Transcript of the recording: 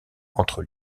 entre